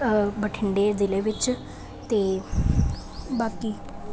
ਬਠਿੰਡੇ ਜ਼ਿਲ੍ਹੇ ਵਿੱਚ ਤੇ ਬਾਕੀ